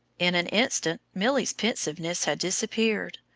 in an instant milly's pensiveness had disappeared.